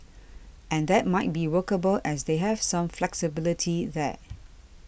and that might be workable as they have some flexibility there